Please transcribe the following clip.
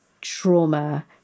trauma